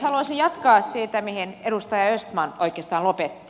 haluaisin jatkaa siitä mihin edustaja östman oikeastaan lopetti